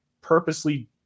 purposely